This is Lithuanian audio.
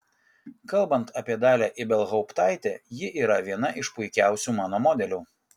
kalbant apie dalią ibelhauptaitę ji yra viena iš puikiausių mano modelių